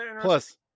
plus